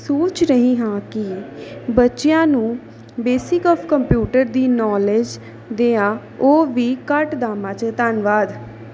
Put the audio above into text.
ਸੋਚ ਰਹੀ ਹਾਂ ਕਿ ਬੱਚਿਆਂ ਨੂੰ ਬੇਸਿਕ ਆਫ ਕੰਪਿਊਟਰ ਦੀ ਨੌਲੇਜ ਦੇਵਾਂ ਉਹ ਵੀ ਘੱਟ ਦਾਮਾ 'ਚ ਧੰਨਵਾਦ